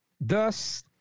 Thus